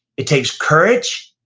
it takes courage,